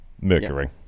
Mercury